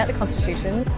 ah constitution.